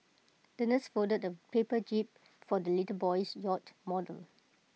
the nurse folded A paper jib for the little boy's yacht model